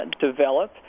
develop